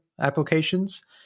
applications